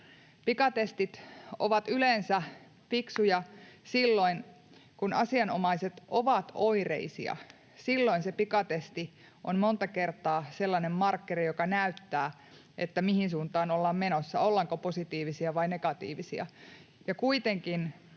Pikatestit ovat yleensä fiksuja silloin kun asianomaiset ovat oireisia. Silloin se pikatesti on monta kertaa sellainen markkeri, joka näyttää, mihin suuntaan ollaan menossa, ollaanko positiivisia vai negatiivisia,